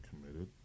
committed